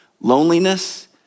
Loneliness